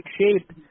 shape